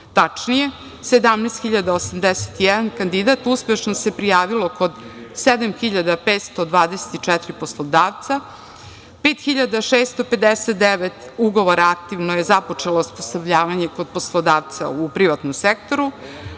Tačnije, 17.081 kandidat uspešno se prijavio kod 7.524 poslodavca, 5.659 ugovora aktivno je započelo osposobljavanje kod poslodavca u privatnom sektoru,